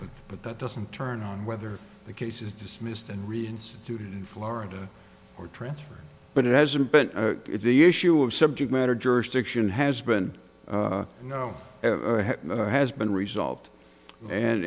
but that doesn't turn on whether the case is dismissed and reinstituted in florida or transferred but it hasn't been the issue of subject matter jurisdiction has been you know has been resolved and